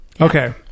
okay